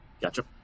gotcha